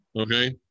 okay